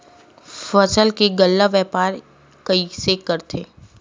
फसल के गल्ला व्यापार कइसे करथे?